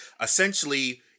essentially